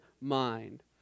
mind